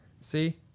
See